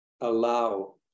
allow